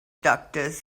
doctors